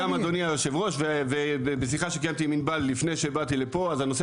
גם אדוני היושב ראש ובשיחה שקיימתי עם ענבל לפני שבאתי לפה הנושא